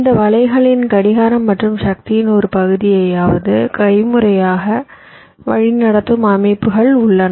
இந்த வலைகளின் கடிகாரம் மற்றும் சக்தியின் ஒரு பகுதியையாவது கைமுறையாக வழிநடத்தும் அமைப்புகள் உள்ளன